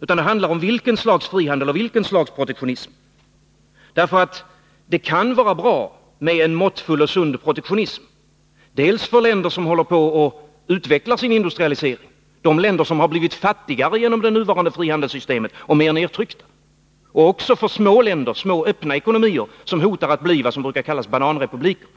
utan om vilket slags frihandel och vilket slags protektionism man vill ha. Det kan nämligen vara bra med en måttfull och sund protektionism dels för länder som håller på att utveckla sin industrialisering, länder som blivit fattigare och mer nedtryckta genom det nuvarande handelssystemet, dels för små länder, små öppna ekonomier som hotas av att bli vad som brukar kallas bananrepubliker.